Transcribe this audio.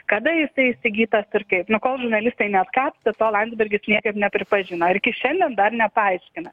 kada jisai įsigytas ir kaip nu kol žurnalistai neatkapstė tol landsbergis niekaip nepripažino iki šiandien dar nepaaiškina